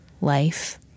life